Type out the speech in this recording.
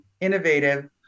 innovative